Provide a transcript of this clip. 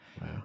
Wow